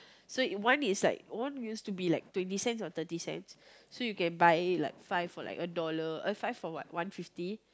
so one is like one used to be like twenty cents or thirty cents so you can buy like five for a dollar eh five for one fifty